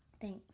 Thanks